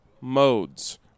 Modes